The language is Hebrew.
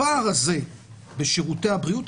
הפער הזה בשירותי הבריאות,